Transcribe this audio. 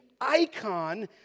icon